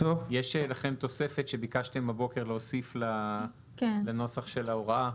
יש לכם תוספת שביקשתם הבוקר להוסיף לנוסח של ההוראה.